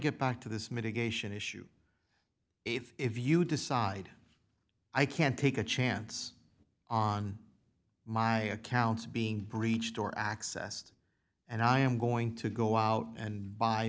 get back to this mitigation issue if you decide i can't take a chance on my accounts being breached or accessed and i am going to go out and buy